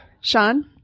Sean